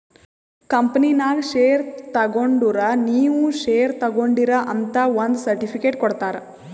ಕಂಪನಿನಾಗ್ ಶೇರ್ ತಗೊಂಡುರ್ ನೀವೂ ಶೇರ್ ತಗೊಂಡೀರ್ ಅಂತ್ ಒಂದ್ ಸರ್ಟಿಫಿಕೇಟ್ ಕೊಡ್ತಾರ್